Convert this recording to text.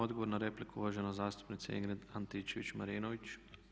Odgovor na repliku, uvažena zastupnica Ingrid Antičević-Marinović.